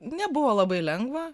nebuvo labai lengva